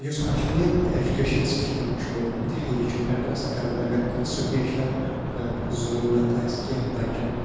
یُس کَشمیٖرُک یہِ ایجوٗکیشَن سِسٹَم چھُ یہِ چھُ ایٚڈرَس کَران اَگَر کانٛہہ سُپیشَل کانٛہہ ضروٗرَت آسہِ کیٚنٛہہ بَچَن